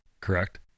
Correct